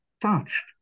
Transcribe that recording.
touched